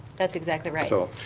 that's exactly right. so